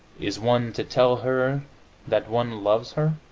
is one to tell her that one loves her?